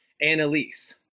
Annalise